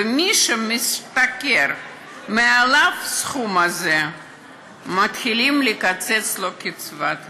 ומי שמשתכר מעל הסכום הזה מתחילים לקצץ לו קצבת זיקנה.